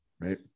Right